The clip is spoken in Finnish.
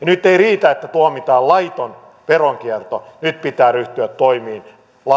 nyt ei riitä että tuomitaan laiton veronkierto nyt pitää ryhtyä toimiin